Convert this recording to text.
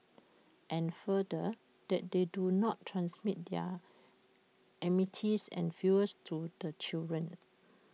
and further that they do not transmit their enmities and feuds to the children